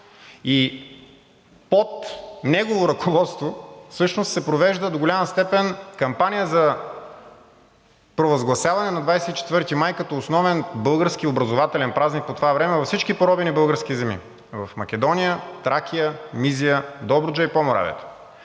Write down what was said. И под негово ръководство се провежда до голяма степен кампания за провъзгласяване на 24 май като основен български образователен празник по това време във всички поробени български земи – в Македония, Тракия, Мизия, Добруджа и Поморавието.